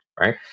right